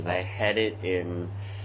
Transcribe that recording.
I had it in